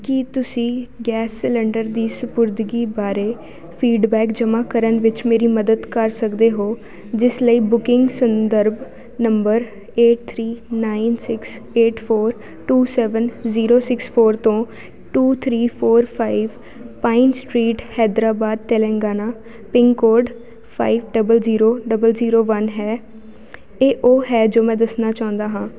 ਕੀ ਤੁਸੀਂ gas cylinder ਦੀ ਸਪੁਰਦਗੀ ਬਾਰੇ ਫੀਡਬੈਕ ਜਮ੍ਹਾਂ ਕਰਨ ਵਿੱਚ ਮੇਰੀ ਮਦਦ ਕਰ ਸਕਦੇ ਹੋ ਜਿਸ ਲਈ ਬੁਕਿੰਗ ਸੰਦਰਭ number eight three nine six eight four two seven zero six four ਤੋਂ two three four five pine street Hyderabad Telangana pin code five double zero double zero one ਹੈ ਇਹ ਉਹ ਹੈ ਜੋ ਮੈਂ ਦੱਸਣਾ ਚਾਹੁੰਦਾ ਹਾਂ